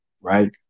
right